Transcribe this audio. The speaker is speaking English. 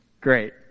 Great